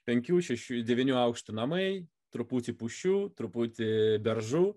penkių šešių devynių aukštų namai truputį pušių truputį beržų